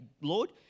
Lord